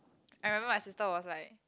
I remember my sister was like